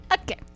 Okay